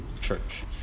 church